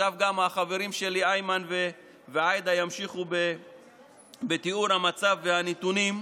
עכשיו גם החברים שלי איימן ועאידה ימשיכו בתיאור המצב והנתונים.